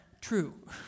true